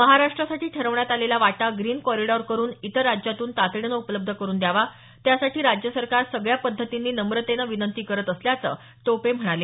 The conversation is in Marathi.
महाराष्ट्रासाठी ठरवण्यात आलेला वाटा ग्रीन कॉरीडॉर करुन इतर राज्यातून तातडीनं उपलब्ध करुन द्यावा त्यासाठी राज्य सरकार सगळ्या पद्धतींनी नम्रतेने विनंती करत असल्याचं टोपे म्हणाले